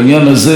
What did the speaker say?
נדמה לי,